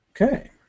Okay